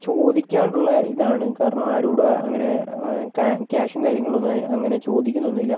ചോദിക്കാതെയുള്ള ഇതാണ് കാരണം ആരോടും അങ്ങനെ കാ ക്യാഷും കാര്യങ്ങളൊന്നും അങ്ങനെ ചോദിക്കൊന്നൊന്നും ഇല്ല